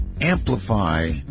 amplify